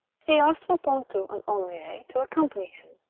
he asked for pontou and henriet to accompany him,